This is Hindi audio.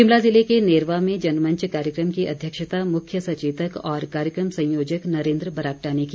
शिमला जिले के नेरवा में जनमंच कार्यक्रम की अध्यक्षता मुख्य सचेतक और कार्यक्रम संयोजक नरेन्द्र बरागटा ने की